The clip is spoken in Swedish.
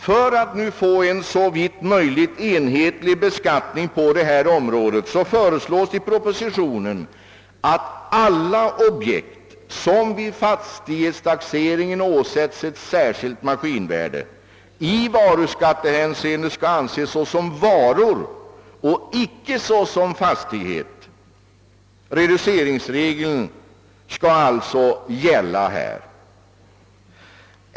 För att få en såvitt möjligt enhetlig beskattning på området föreslås i propositionen, att alla objekt, som vid fastighetstaxeringen bör åsättas särskilt maskinvärde, i varuskattehänseende skall betraktas som varor och inte som fastighet. Reduceringsregeln skall alltså härvidlag gälla.